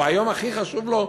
או היום הכי חשוב לו,